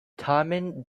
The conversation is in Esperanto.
tamen